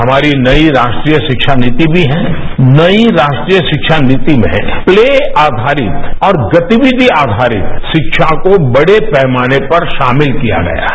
हमारी नई राष्ट्रीय शिक्षा नीति भी है नई राष्ट्रीय शिक्षा नीति में है प्ले आघारित और गतिविधि आघारित शिक्षा को बढ़े पैमाने पर शामिल किया गया है